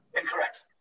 Incorrect